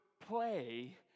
play